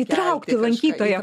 įtraukti lankytoją